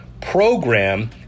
program